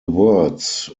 words